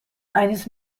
eines